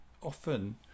often